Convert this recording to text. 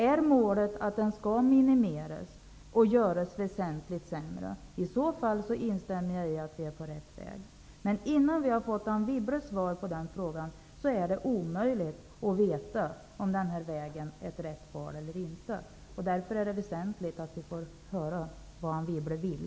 Är målet att den verksamheten skall minimeras och göras väsentligt sämre? I så fall instämmer jag i att vi är på rätt väg. Men innan vi fått svar på den frågan är det omöjligt att veta om den här vägen är ett rätt val eller inte. Det är därför väsenligt att vi får höra vad Anne Wibble vill.